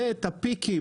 ואת הפיקים